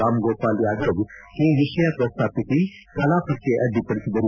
ರಾಮ್ಗೋಪಾಲ್ ಯಾದವ್ ಈ ವಿಷಯ ಪ್ರಸ್ತಾಪಿಸಿ ಕಲಾಪಕ್ಕೆ ಅಡ್ಡಿಪಡಿಸಿದರು